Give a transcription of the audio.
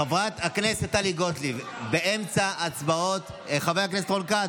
חברת הכנסת טלי גוטליב, חבר הכנסת רון כץ,